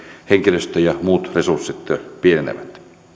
henkilöstö ja muut resurssit pienenevät